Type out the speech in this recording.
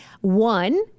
one